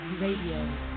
Radio